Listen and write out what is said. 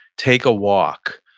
take a walk,